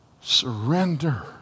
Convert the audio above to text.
Surrender